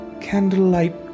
Candlelight